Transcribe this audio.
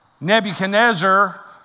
Nebuchadnezzar